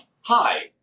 Hi